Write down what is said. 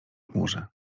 chmurze